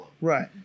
Right